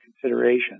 consideration